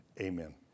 Amen